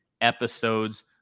episodes